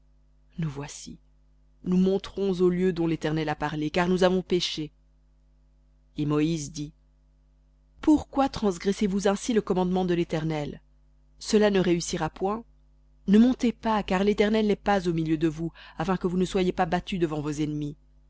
nous voici nous monterons au lieu dont l'éternel a parlé car nous avons péché et moïse dit pourquoi transgressez vous ainsi le commandement de l'éternel cela ne réussira point ne montez pas car l'éternel n'est pas au milieu de vous afin que vous ne soyez pas battus devant vos ennemis